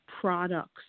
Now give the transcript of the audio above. products